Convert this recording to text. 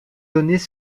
données